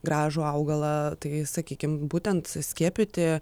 gražų augalą tai sakykim būtent skiepyti